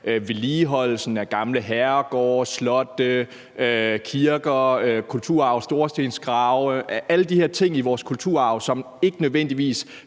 vedligeholdelsen af gamle herregårde, slotte, kirker og storstensgrave, altså alle de her ting i vores kulturarv, som ikke nødvendigvis